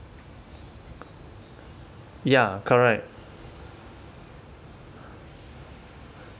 ya correct